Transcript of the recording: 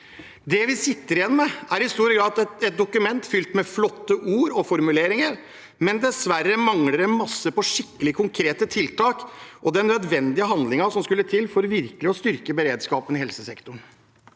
Det vi sitter igjen med, er i stor grad et dokument fylt med flotte ord og formuleringer, men dessverre mangler det masse på skikkelig konkrete tiltak og den nødvendige handlingen som skulle til for virkelig å styrke beredskapen i helsesektoren.